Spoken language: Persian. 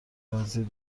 وزیر